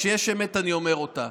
כשיש אמת אני אומר אותה,